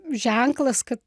ženklas kad